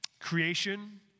Creation